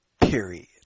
Period